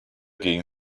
gegen